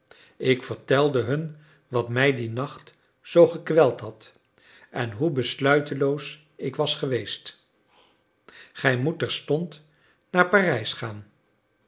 ik vertelde hun wat mij dien nacht zoo gekweld had en hoe besluiteloos ik was geweest gij moet terstond naar parijs gaan